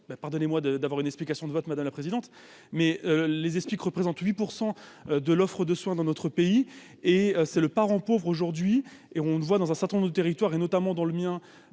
pardonnez-moi de, d'avoir une explication de vote, madame la présidente, mais les explique représente 8 % de l'offre de soins dans notre pays et c'est le parent pauvre aujourd'hui et on le voit dans un certain nombre de territoires et notamment dans le mien